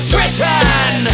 Britain